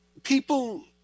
People